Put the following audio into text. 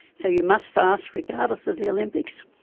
so you must fast regardless of the olympics.